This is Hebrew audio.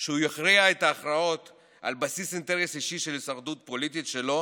שהוא יכריע את ההכרעות על בסיס אינטרס אישי של הישרדות פוליטית שלו